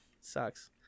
sucks